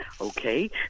Okay